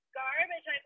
garbage